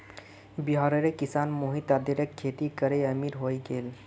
बिहारेर किसान मोहित अदरकेर खेती करे अमीर हय गेले